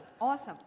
Awesome